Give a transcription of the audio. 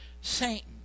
Satan